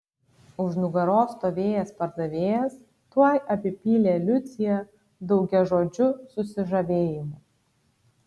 už nugaros stovėjęs pardavėjas tuoj apipylė liuciją daugiažodžiu susižavėjimu